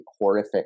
horrific